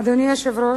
אדוני היושב-ראש,